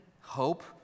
hope